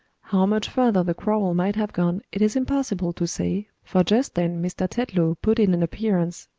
how much further the quarrel might have gone, it is impossible to say, for just then mr. tetlow put in an appearance,